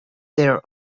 their